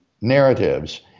narratives